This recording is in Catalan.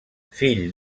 fill